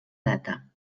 data